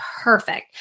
perfect